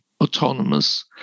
autonomous